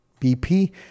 BP